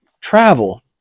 travel